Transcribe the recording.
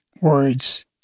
words